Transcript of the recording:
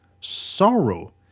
sorrow